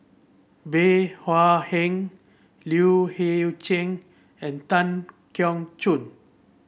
Bey Hua Heng Liu Hei Cheng and Tan Keong Choon